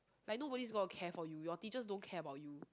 like nobody is gonna care for you your teachers don't care about you